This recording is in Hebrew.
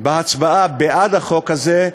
בהצבעה בעד החוק הזה,